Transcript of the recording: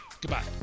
Goodbye